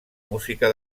música